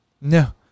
no